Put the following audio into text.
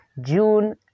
june